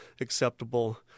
acceptable